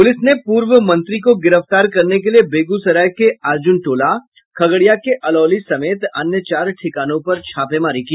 police ने पूर्व मंत्री गिरफ्तार करने के लिये बेगूसराय के अर्जुन टोला खगड़िया के अलौली समेत अन्य चार ठिकानों पर छापेमारी की